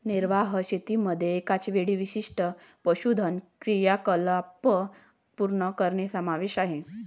निर्वाह शेतीमध्ये एकाच वेळी विशिष्ट पशुधन क्रियाकलाप पूर्ण करणे सामान्य आहे